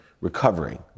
recovering